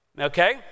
Okay